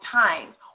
times